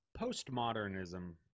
postmodernism